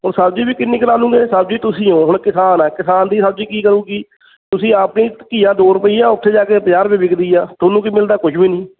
ਉਹ ਸਬਜ਼ੀ ਵੀ ਕਿੰਨੀ ਕੁ ਲਾ ਲੂੰਗੇ ਸਬਜ਼ੀ ਤੁਸੀਂ ਹੋ ਹੁਣ ਕਿਸਾਨ ਆ ਕਿਸਾਨ ਦੀ ਸਬਜ਼ੀ ਕੀ ਕਰੂਗੀ ਤੁਸੀਂ ਆਪਣੀ ਘੀਆ ਦੋ ਰੁਪਈਆ ਉੱਥੇ ਜਾ ਕੇ ਪੰਜਾਹ ਰੁਪਏ ਵਿਕਦੀ ਆ ਤੁਹਾਨੂੰ ਕੀ ਮਿਲਦਾ ਕੁਝ ਵੀ ਨਹੀਂ